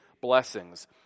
blessings—